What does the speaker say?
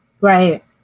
Right